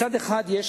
מצד אחד יש